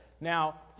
Now